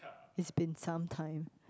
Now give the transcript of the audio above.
it's been some time